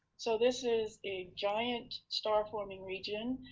so this is a giant star forming region,